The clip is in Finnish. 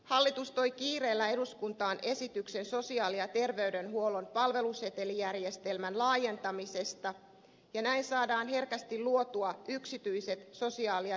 hallitus toi kiireellä eduskuntaan esityksen sosiaali ja terveydenhuollon palvelusetelijärjestelmän laajentamisesta ja näin saadaan herkästi luotua yksityiset sosiaali ja terveyspalvelumarkkinat